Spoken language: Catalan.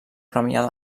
premià